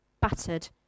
battered